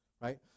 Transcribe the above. right